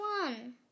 one